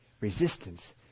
Resistance